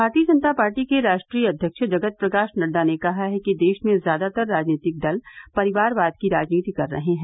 भारतीय जनता पार्टी के राष्ट्रीय अध्यक्ष जगत प्रकाश नड्डा ने कहा है कि देश में ज्यादातर राजनीतिक दल परिवारवाद की राजनीति कर रहे हैं